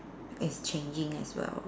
is changing as well